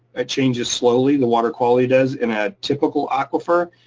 it changes slowly. the water quality does in a typical aquifer.